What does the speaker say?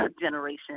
generation